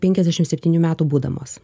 penkiasdešim septynių metų būdamos